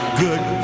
good